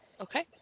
Okay